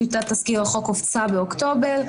טיוטת תזכיר החוק הופצה באוקטובר.